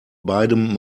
beidem